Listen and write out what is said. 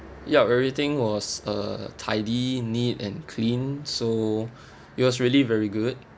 ya everything was uh tidy neat and clean so it was really very good